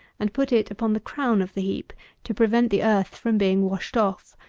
and put it upon the crown of the heap to prevent the earth from being washed off.